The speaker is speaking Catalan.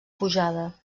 pujada